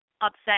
upset